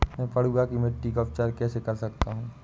मैं पडुआ की मिट्टी का उपचार कैसे कर सकता हूँ?